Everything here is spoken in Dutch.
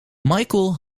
michael